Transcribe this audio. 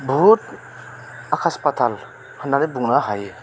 बुहुत आकाश फाताल होनानै बुंनो हायो